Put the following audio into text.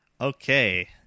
Okay